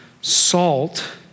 salt